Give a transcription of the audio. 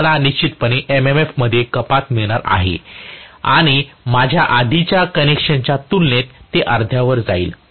तर मला निश्चितपणे MMF मध्ये कपात मिळणार आहे आणि माझ्या आधीच्या कनेक्शनच्या तुलनेत ते अर्ध्यावर जाईल